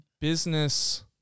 business